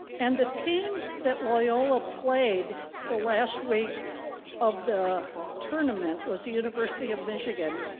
and the team that loyola played the last week of the tournament was the university of michigan,